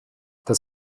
das